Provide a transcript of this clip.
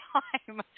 time